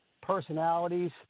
Personalities